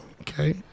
okay